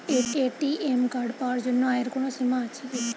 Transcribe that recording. ATM card পাওয়ার জন্য আয়ের কোনো সীমা আছে কি?